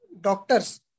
doctors